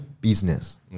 business